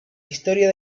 historia